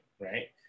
right